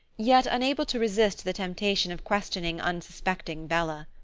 yet unable to resist the temptation of questioning unsuspecting bella.